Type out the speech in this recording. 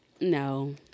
no